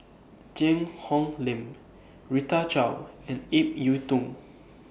Cheang Hong Lim Rita Chao and Ip Yiu Tung